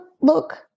look